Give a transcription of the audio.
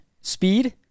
speed